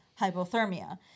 hypothermia